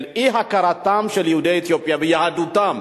של אי-הכרה של יהודי אתיופיה ויהדותם